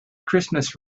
christmas